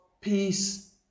peace